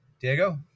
Diego